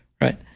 Right